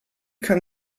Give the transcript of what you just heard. kein